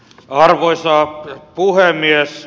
arvoisa puhemies